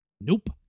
nope